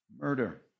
Murder